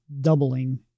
doubling